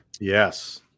Yes